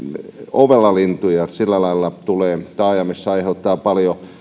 ovela lintu ja sillä lailla aiheuttaa taajamissa paljon tuhoa